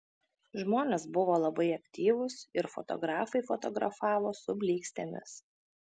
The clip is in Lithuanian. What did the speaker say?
žmonės buvo labai aktyvūs ir fotografai fotografavo su blykstėmis